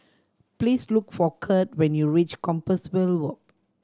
please look for Curt when you reach Compassvale Walk